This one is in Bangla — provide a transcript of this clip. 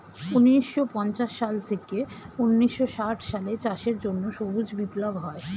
ঊন্নিশো পঞ্চাশ সাল থেকে ঊন্নিশো ষাট সালে চাষের জন্য সবুজ বিপ্লব হয়